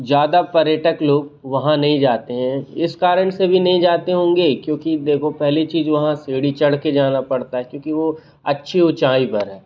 ज़्यादा पर्यटक लोग वहाँ नहीं जाते हैं इस कारण से भी नहीं जाते होंगे क्योंकि देखो पहली चीज़ वहाँ सीढ़ी चढ़ के जाना पड़ता है क्योंकि वह अच्छी ऊँचाई पर है